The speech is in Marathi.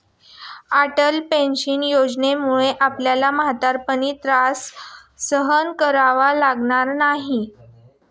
अटल पेन्शन योजनेमुळे आपल्याला म्हातारपणी त्रास सहन करावा लागणार नाही